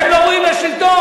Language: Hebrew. אתם לא ראויים לשלטון.